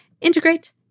Integrate